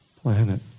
planet